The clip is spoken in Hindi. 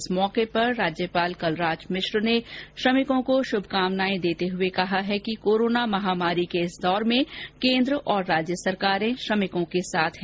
इस मौके पर राज्यपाल कलराज मिश्र ने श्रमिकों को शमकानाए देते हुए कहा है कि कोरोना महामारी दौर में कोन्द्र और राज्य सरकार श्रमिकों को साथ है